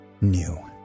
new